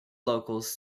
locals